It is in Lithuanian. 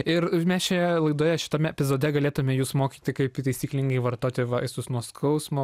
ir mes čia laidoje šitame epizode galėtume jus mokyti kaip taisyklingai vartoti vaistus nuo skausmo